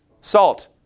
salt